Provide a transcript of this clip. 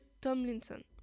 Tomlinson